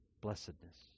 blessedness